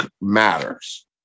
matters